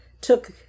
took